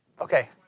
Okay